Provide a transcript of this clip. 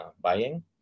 buying